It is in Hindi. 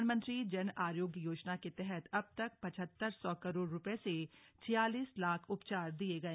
प्रधानमंत्री जन अरोग्य योजना के तहत अब तक पचहत्तर सौ करोड़ रूपये से छियालीस लाख उपचार दिए गए